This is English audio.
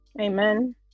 amen